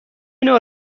نوع